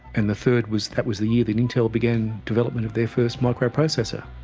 and the third was that was the year that intel began development of their first microprocessor.